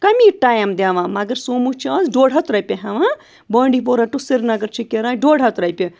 کمی ٹایِم دِوان مگر سوموٗ چھِ آز ڈۄڈ ہَتھ رۄپیہِ ہٮ۪وان بانڈی پورہ ٹُہ سریٖنگر چھِ کِراے ڈۄڈ ہَتھ رۄپیہِ